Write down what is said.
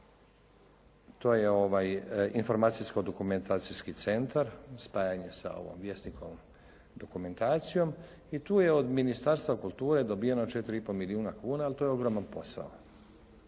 to je informacijsko-dokumentacijski centar, spajanje sa ovom Vjesnikovom dokumentacijom i tu je od Ministarstva kulture dobiveno 4 i po milijuna kuna ali to je ogroman posao.